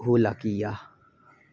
ਹੋਲਾਕੀਆ